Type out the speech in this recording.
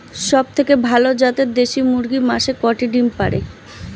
সবথেকে ভালো জাতের দেশি মুরগি মাসে কয়টি ডিম পাড়ে?